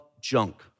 junk